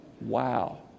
Wow